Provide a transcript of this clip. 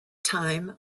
time